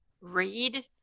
read